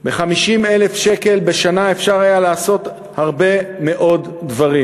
ב-50,000 שקל בשנה אפשר היה לעשות הרבה מאוד דברים.